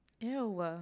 Ew